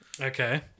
Okay